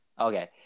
okay